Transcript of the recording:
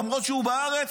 למרות שהוא בארץ,